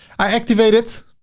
i activate it